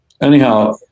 anyhow